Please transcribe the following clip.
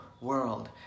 world